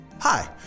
Hi